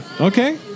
Okay